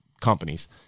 companies